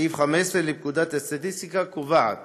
סעיף 15 לפקודת הסטטיסטיקה קובע: